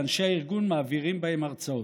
ואנשי הארגון מעבירים בהם הרצאות.